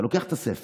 אתה לוקח את הספר,